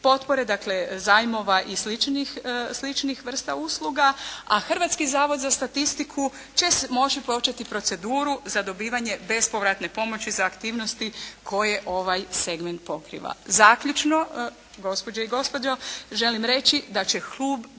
potpore dakle zajmova i sličnih vrsta usluga. A Hrvatski zavod za statistiku će, može početi proceduru za dobivanje bespovratne pomoći za aktivnosti koje ovaj segment pokriva. Zaključno gospođe i gospodo želim reći da će Klub